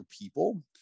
people